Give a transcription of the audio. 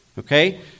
Okay